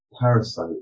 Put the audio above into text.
parasite